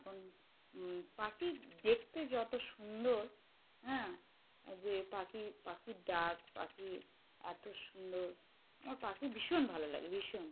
এখন পাখি দেখতে যত সুন্দর হ্যাঁ যে পাখি পাখি ডাক পাখি এত সুন্দর আমার পাখি ভীষণ ভালো লাগে ভীষণ